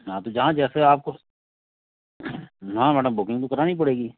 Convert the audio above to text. हाँ तो जहाँ जैसे आपको हाँ मैडम बुकिंग तो करानी पड़ेगी